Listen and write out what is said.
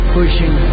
pushing